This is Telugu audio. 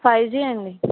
ఫైవ్ జి అండి